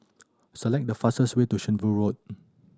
select the fastest way to Shenvood Road